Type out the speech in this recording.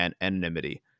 anonymity